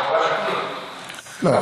לא,